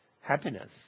happiness